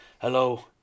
hello